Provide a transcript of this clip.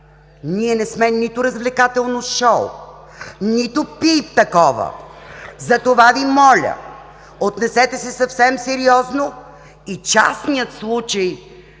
Ние не сме нито развлекателно шоу, нито пийп такова, затова Ви моля, отнесете се съвсем сериозно и частния случай,